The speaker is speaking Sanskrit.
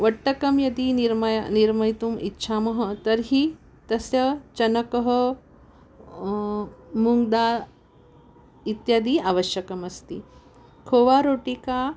वट्टकं यदि निर्मय निर्मयितुम् इच्छामः तर्हि तस्य चनकः मुङ्ग्दा इत्यादयः आवश्यकमस्ति खोवारोटिका